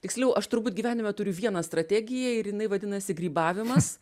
tiksliau aš turbūt gyvenime turiu vieną strategiją ir jinai vadinasi grybavimas